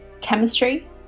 chemistry